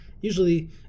usually